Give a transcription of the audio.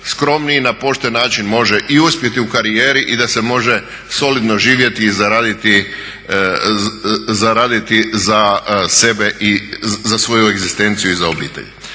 skromniji na pošten način može i uspjeti u karijeri i da se može solidno živjeti i zaraditi za sebe i svoju egzistenciju i obitelj.